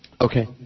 Okay